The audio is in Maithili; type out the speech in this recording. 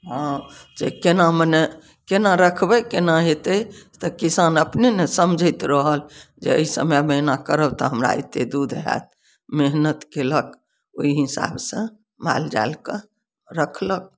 हँ जे केना मने केना रखबै केना हेतै तऽ किसान अपने ने समझैत रहल जे एहि समयमे एना करब तऽ हमरा एत्ते दूध होयत मेहनत केलक ओहि हिसाब सँ मालजाल कऽ रखलक